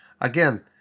Again